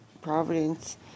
providence